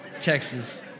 Texas